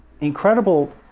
incredible